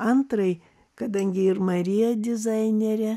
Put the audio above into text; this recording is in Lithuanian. antrajai kadangi ir marija dizainerė